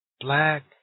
Black